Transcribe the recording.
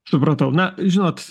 supratau na žinot